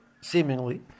seemingly